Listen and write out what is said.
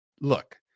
Look